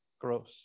Gross